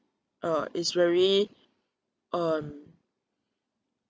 uh is very uh